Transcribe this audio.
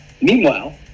Meanwhile